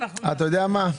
אתה יודע מה?